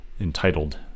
entitled